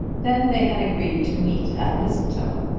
then they had agreed to meet at mistletoe,